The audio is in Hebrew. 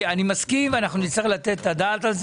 אני מסכים אתך ואנחנו נצטרך לתת על כך את הדעת.